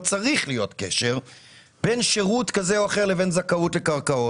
לא צריך להיות שום קשר - בין שירות כזה או אחר לבין זכאות לקרקעות.